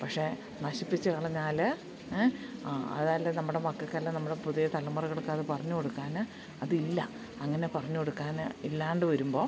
പക്ഷേ നശിപ്പിച്ചു കളഞ്ഞാൽ ആ അതായാൽ നമ്മുടെ മക്കൾക്കെല്ലാം നമ്മൾ പുതിയ തലമുറകൾക്കതു പറഞ്ഞു കൊടുക്കാൻ അതില്ല അങ്ങനെ പറഞ്ഞു കൊടുക്കാൻ ഇല്ലാണ്ട് വരുമ്പോൾ